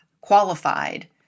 qualified